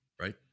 right